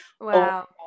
Wow